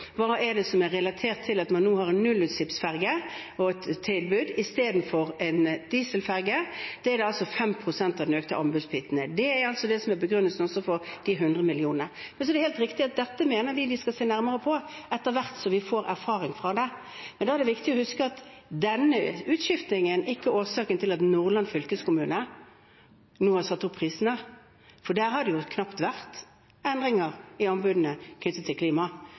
hva som er relatert til at man nå har et tilbud om nullutslippsferge istedenfor en dieselferge, er det 5 pst. av den økte anbudsbiten. Det er også begrunnelsen for de 100 mill. kronene. Det er helt riktig at vi skal se nærmere på dette etter hvert som vi får erfaring fra det, men da er det viktig å huske at denne utskiftningen ikke er årsaken til at Nordland fylkeskommune nå har satt opp prisene, for der har det jo knapt vært endringer i anbudene knyttet til